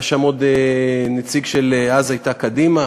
היה שם עוד נציג של מה שאז הייתה קדימה,